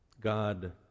God